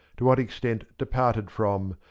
to what extent departed from,